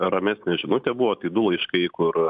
ramesnė žinutė buvo tai du laiškai kur